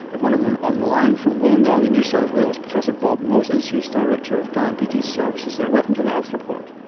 one of them on on the line from wollongong in new south wales, professor bob moses who is director of diabetes services there. welcome to the health report.